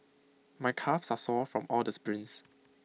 my calves are sore from all the sprints